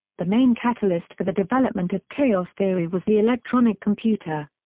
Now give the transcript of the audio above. the main catalyst for the development of chaos theory was the electronic computer.